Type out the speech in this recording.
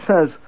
says